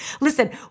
Listen